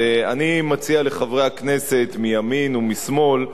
אני מציע לחברי הכנסת מימין ומשמאל: